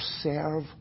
serve